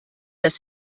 dass